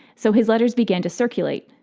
so his letters began to circulate.